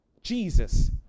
jesus